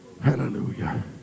Hallelujah